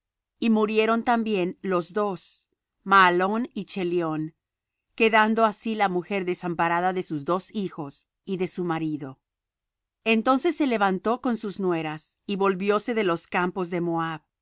y murieron también los dos mahalón y chelión quedando así la mujer desamparada de sus dos hijos y de su marido entonces se levantó con sus nueras y volvióse de los campos de moab